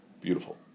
beautiful